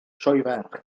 sioeferch